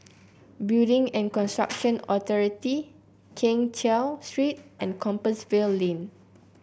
Building and Construction Authority Keng Cheow Street and Compassvale Lane